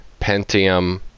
Pentium